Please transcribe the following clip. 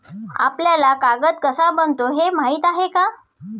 आपल्याला कागद कसा बनतो हे माहीत आहे का?